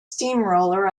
steamroller